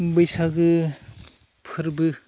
बैसागु फोरबो